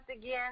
again